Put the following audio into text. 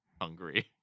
hungry